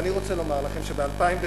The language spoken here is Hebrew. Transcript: ואני רוצה לומר לכם שב-2006,